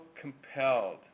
compelled